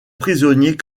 prisonnier